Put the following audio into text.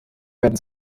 werden